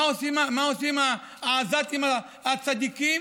מה עושים העזתים הצדיקים?